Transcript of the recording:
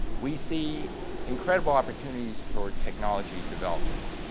we see incredible opportunities for technology development.